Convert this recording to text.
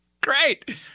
great